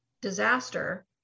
disaster